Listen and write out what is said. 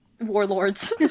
warlords